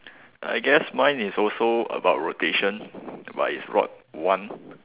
I guess mine is also about rotation but is rot one